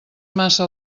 massa